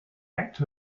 act